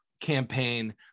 campaign